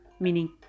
meaning